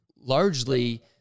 largely